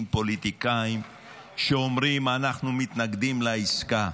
פוליטיקאים שאומרים: אנחנו מתנגדים לעסקה.